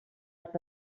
els